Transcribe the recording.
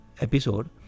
episode